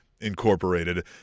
incorporated